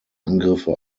angriffe